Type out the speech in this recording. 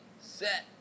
set